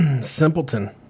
Simpleton